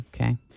Okay